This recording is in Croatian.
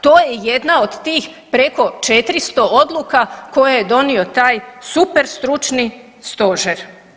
To je jedna od tih preko 400 odluka koje je donio taj super stručni Stožer.